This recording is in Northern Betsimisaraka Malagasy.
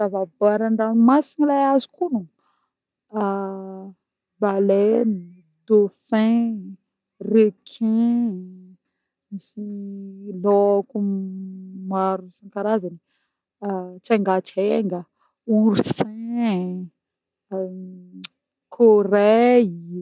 Zava-boary andranomasigny le azoko ognona: baleine, dauphin, requin, misy laoko maro isa-karazagny, atsengatsenga, oursin, -m-coraille.